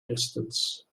distance